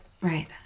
Right